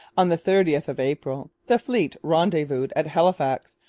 on the thirtieth of april the fleet rendezvoused at halifax,